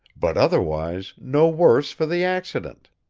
but otherwise no worse for the accident.